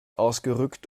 ausgerückt